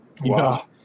wow